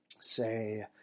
say